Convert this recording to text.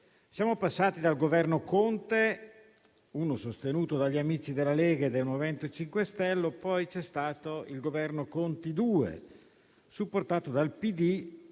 Siamo passati dal Governo Conte I, sostenuto dagli amici della Lega e del MoVimento 5 Stelle, al Governo Conte II, supportato dal